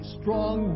strong